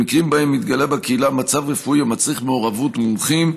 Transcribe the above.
במקרים שבהם מתגלה בקהילה מצב רפואי המצריך מעורבות מומחים,